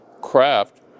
craft